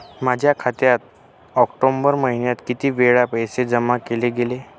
माझ्या खात्यात ऑक्टोबर महिन्यात किती वेळा पैसे जमा केले गेले?